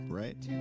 right